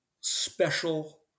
special